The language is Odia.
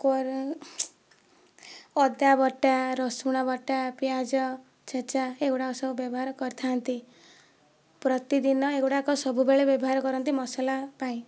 କରେ ଅଦାବଟା ରସୁଣ ବଟା ପିଆଜ ଛେଚା ଏଗୁଡ଼ାକ ସବୁ ବ୍ୟବହାର କରିଥାନ୍ତି ପ୍ରତିଦିନ ଏଗୁଡ଼ାକ ସବୁବେଳେ ବ୍ୟବହାର କରନ୍ତି ମସଲା ପାଇଁ